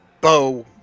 bow